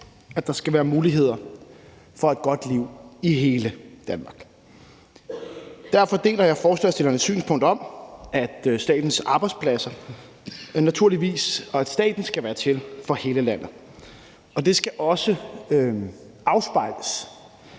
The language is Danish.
at der skal være muligheder for et godt liv i hele Danmark. Derfor deler jeg forslagsstillernes synspunkt om, at staten naturligvis skal være til for hele landet, og det skal også afspejles,